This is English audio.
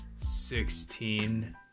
sixteen